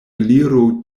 gliro